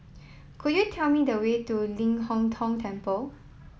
could you tell me the way to Ling Hong Tong Temple